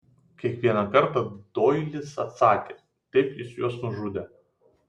kiekvieną kartą doilis atsakė taip jis juos nužudė